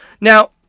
Now